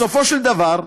בסופו של דבר,